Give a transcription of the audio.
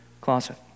closet